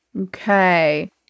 Okay